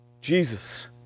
Jesus